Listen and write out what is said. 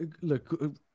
look